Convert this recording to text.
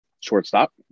shortstop